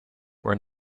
were